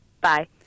Bye